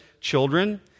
children